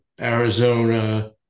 Arizona